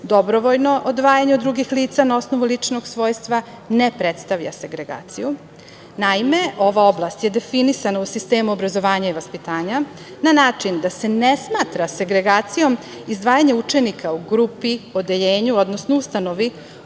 Dobrovoljno odvajanje od drugih lica na osnovu ličnog svojstva ne predstavlja segregaciju. Naime, ova oblast je definisana u sistemu obrazovanja i vaspitanja na način da se ne smatra segregacijom izdvajanje učenika u grupi, odeljenju, odnosno ustanovi